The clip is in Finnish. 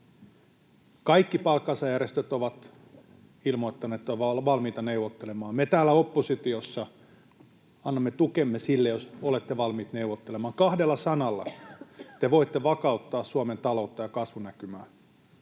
Kaikki palkansaajajärjestöt ovat ilmoittaneet, että ollaan valmiita neuvottelemaan. Me täällä oppositiossa annamme tukemme sille, jos olette valmiit neuvottelemaan. Kahdella sanalla te voitte vakauttaa Suomen taloutta ja kasvunäkymää.